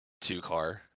two-car